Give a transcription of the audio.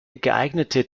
geeignete